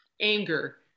anger